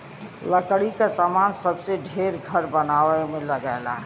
लकड़ी क सामान सबसे ढेर घर बनवाए में लगला